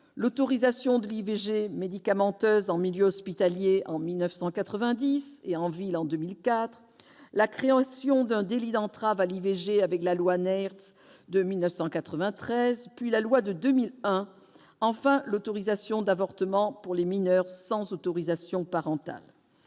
l'autorisation de l'IVG médicamenteuse en milieu hospitalier en 1990 et en ville en 2004, la création d'un délit d'entrave à l'IVG avec la loi Neiertz de 1993 puis la loi de 2001, enfin l'autorisation d'avortement pour les mineures sans autorisation parentale.